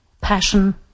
passion